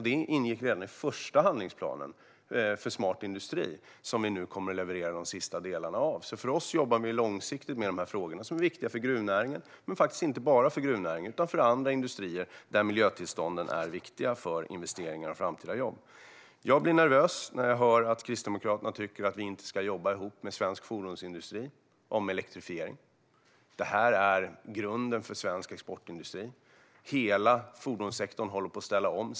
Detta ingick redan i den första handlingsplanen för smart industri, som vi nu kommer att leverera de sista delarna av. Vi jobbar långsiktigt med de här frågorna, som är viktiga för gruvnäringen och också för andra industrier där miljötillstånden är viktiga för investeringar och framtida jobb. Jag blir nervös när jag hör att Kristdemokraterna tycker att vi inte ska jobba ihop med svensk fordonsindustri om elektrifiering. Detta är grunden för svensk exportindustri. Hela fordonssektorn håller på att ställa om.